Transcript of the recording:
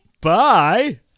Bye